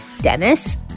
Dennis